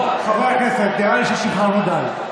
טוב, חברי הכנסת, נראה לי ששחררנו די.